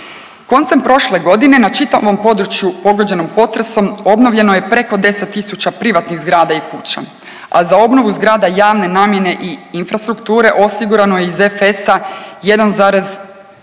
Koncem prošle godine na čitavom području pogođenog potresom obnovljeno je preko 10 000 privatnih zgrada i kuća, a za obnovu zgrada javne namjene i infrastrukture osigurano je iz EFS-a